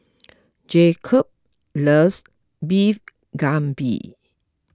Jakob loves Beef Galbi